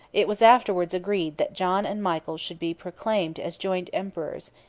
it was afterwards agreed that john and michael should be proclaimed as joint emperors,